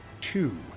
Two